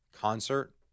concert